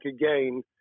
again